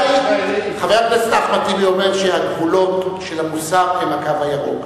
חבר הכנסת אחמד טיבי אומר שהגבולות של המוסר הם "הקו הירוק".